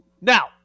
Now